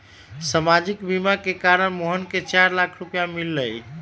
सामाजिक बीमा के कारण मोहन के चार लाख रूपए मिल लय